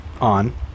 On